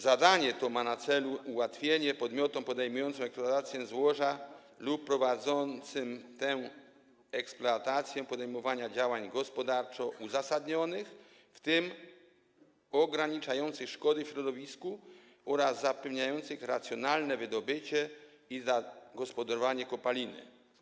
Zadanie to ma na celu ułatwienie podmiotom podejmującym eksploatację złoża lub prowadzącym tę eksploatację podejmowania działań gospodarczo uzasadnionych, w tym ograniczających szkody w środowisku oraz zapewniających racjonalne wydobycie i zagospodarowanie kopaliny.